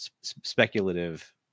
speculative